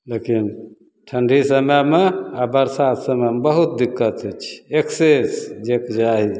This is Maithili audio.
लेकिन ठण्डी समयमे आओर बरसा समयमे बहुत दिक्कत होइ छै एक्सेस जेकि जाहि